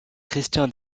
christian